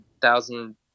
thousand